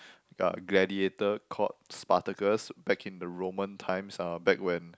gla~ gladiator called Spartacus back in the Roman times uh back when